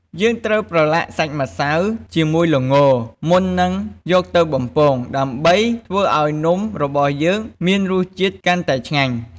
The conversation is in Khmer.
យើងត្រូវប្រឡាក់សាច់ម្សៅជាមួយល្ង មុននឹងយកទៅបំពង ដើម្បីធ្វើឲ្យនំរបស់យើងមានរសជាតិកាន់តែឆ្ងាញ់។